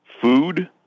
Food